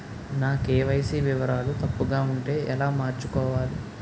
నా కే.వై.సీ వివరాలు తప్పుగా ఉంటే ఎలా మార్చుకోవాలి?